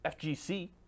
fgc